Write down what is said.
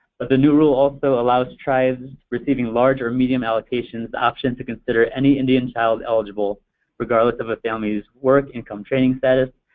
but the new rule also allows tribes receiving large or medium allocations the option to consider any indian child eligible regardless of a family's work, income, training status,